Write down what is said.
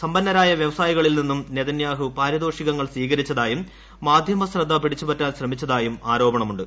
സമ്പന്നരായ വ്യവസായികളിൽ നിന്നും ഉണ്ത്ന്യാഹു പാരിതോഷികങ്ങൾ സ്വീകരിച്ചതായും മാധ്യമ ശ്രദ്ധ പിടിച്ചു പറ്റാൻ ശ്മിച്ചതായും ആരോപണമുണ്ട്